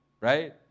right